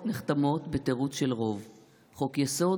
נחתמות בתירוץ של רוב / חוק-יסוד,